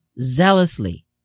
zealously